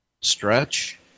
Stretch